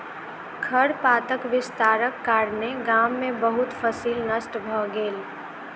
खरपातक विस्तारक कारणेँ गाम में बहुत फसील नष्ट भ गेल